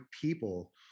people